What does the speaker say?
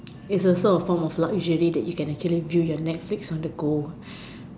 is also a form of luxury that you can actually view your netflix on the go